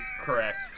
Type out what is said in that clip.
correct